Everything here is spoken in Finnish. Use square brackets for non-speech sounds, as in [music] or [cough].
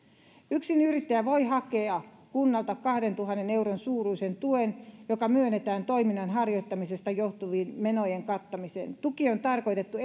yksinyrittäjä voi hakea kunnalta kahdentuhannen euron suuruisen tuen joka myönnetään toiminnan harjoittamisesta johtuvien menojen kattamiseen tuki on tarkoitettu [unintelligible]